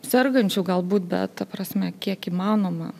sergančių gal būt bet ta prasme kiek įmanoma